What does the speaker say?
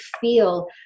feel